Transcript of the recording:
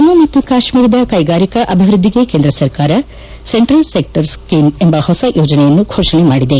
ಜಮ್ಮ ಮತ್ತು ಕಾಶ್ಮೀರದ ಕೈಗಾರಿಕಾ ಅಭಿವೃದ್ಧಿಗೆ ಕೇಂದ್ರ ಸರ್ಕಾರ ಸೆಂಟ್ರಲ್ ಸೆಕ್ಟರ್ ಸೀಮ್ ಎಂಬ ಹೊಸ ಯೋಜನೆಯನ್ನು ಮೋಷಣೆ ಮಾಡಿದೆ